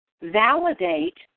validate